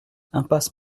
impasse